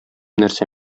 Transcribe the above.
нәрсә